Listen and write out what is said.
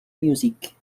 music